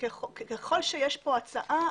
ככל שיש כאן הצעה,